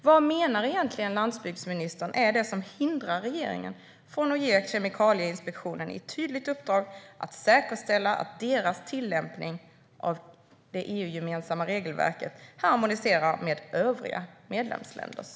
Vad, menar landsbygdsministern, är det egentligen som hindrar regeringen från att ge Kemikalieinspektionen ett tydligt uppdrag att säkerställa att deras tillämpning av det EU-gemensamma regelverket harmoniserar med övriga medlems-länders?